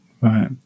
Right